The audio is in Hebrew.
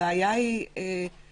הבעיה היא אצלנו.